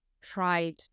tried